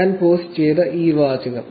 ഞാൻ പോസ്റ്റ് ചെയ്ത ഈ വാചകം